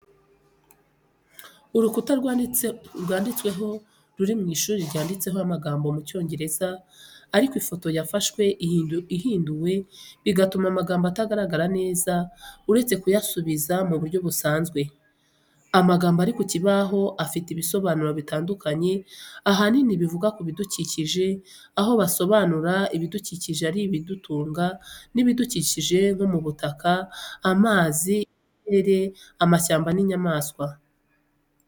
Urukuta rwandikwaho ruri mu ishuri rwanditseho amagambo mu cyongereza ariko ifoto yafashwe ihinduwe bigatuma amagambo atagaragara neza uretse kuyasubiza mu buryo busanzwe. Amagambo ari ku kibaho afiteaibisobanuro bitandukanye ahanini bivuga ku bidukikije aho basobanura ibidukikije ari ibidutunga n’ibidukikije nko mu butaka, amazi, ikirere, amashyamba n’inyamaswa.